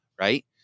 Right